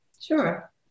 Sure